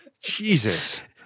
Jesus